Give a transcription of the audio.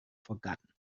forgotten